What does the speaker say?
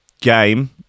game